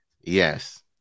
yes